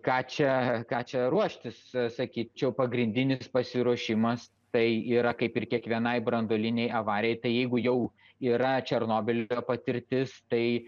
ką čia ką čia ruoštis sakyčiau pagrindinis pasiruošimas tai yra kaip ir kiekvienai branduolinei avarijai tai jeigu jau yra černobylio patirtis tai